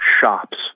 shops